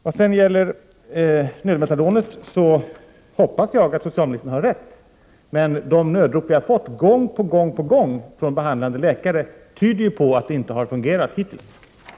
Vad sedan gäller nödmetadonet hoppas jag att socialministern har rätt, Prot. 1988/89:21 men de nödrop vi har fått gång på gång från behandlande läkare tyder på att 10 november 1988 det inte har fungerat hittills. Om produktkontroll